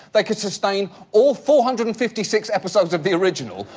they could sustain all four hundred and fifty six episodes of the original,